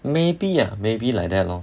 maybe ah maybe like that lor